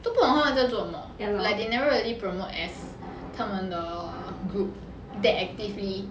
都不懂他们在做什么 like they never really promote as 他们的 group that actively